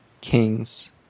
kings